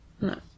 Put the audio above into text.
No